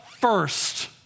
first